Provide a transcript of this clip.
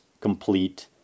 complete